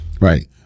right